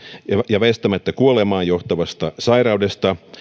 ja väistämättä kuolemaan johtavasta sairaudesta